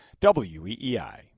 WEEI